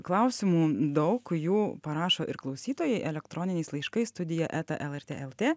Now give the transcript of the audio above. klausimų daug jų parašo ir klausytojai elektroniniais laiškais studija eta lrt el t